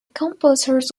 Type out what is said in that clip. composers